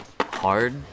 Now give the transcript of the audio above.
hard